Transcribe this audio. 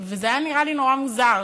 זה היה נראה לי נורא מוזר,